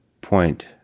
point